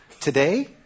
today